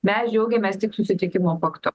mes džiaugiamės tik susitikimo faktu